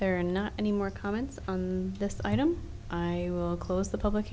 are not any more comments on this item i will close the public